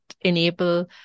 enable